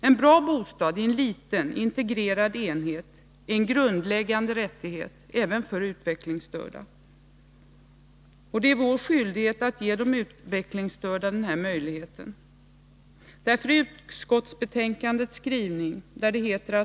En bra bostad i en liten, integrerad enhet är en grundläggande rättighet, även för utvecklingsstörda. Det är vår skyldighet att ge de utvecklingsstörda denna möjlighet. Därför är utskottsbetänkandets skrivning enligt vår mening helt otillräcklig.